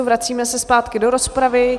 Vracíme se zpátky do rozpravy.